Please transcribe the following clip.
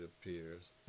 appears